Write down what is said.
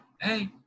hey